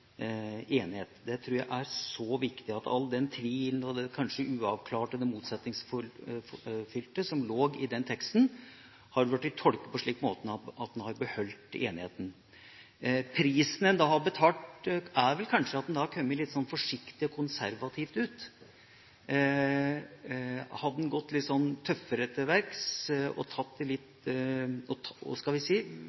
er så viktig at all den tvilen og kanskje det uavklarte og motsetningsfylte som lå i den teksten, har blitt tolket på en slik måte at en har beholdt enigheten. Prisen en da har betalt, er vel kanskje at en er kommet litt forsiktig og konservativt ut. Hadde en gått litt tøffere til verks og